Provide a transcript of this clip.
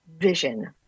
vision